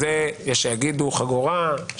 יש יגידו חגורה,